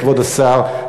כבוד השר,